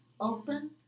open